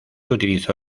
utilizó